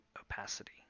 opacity